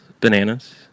bananas